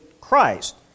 Christ